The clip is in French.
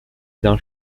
d’un